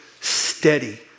steady